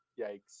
Yikes